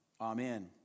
Amen